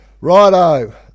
Righto